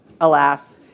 alas